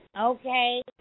okay